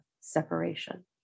separation